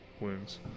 wounds